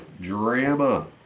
Drama